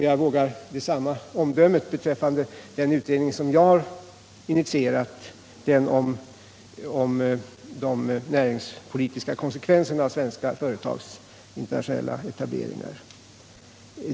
Jag vågar samma omdöme beträffande den utredning som jag har initierat, den om de näringspolitiska konsekvenserna av sven 135 ska företags internationella etableringar.